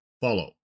follow